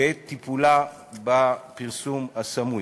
בעת טיפולה בפרסום הסמוי.